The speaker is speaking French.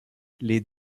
les